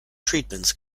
treatments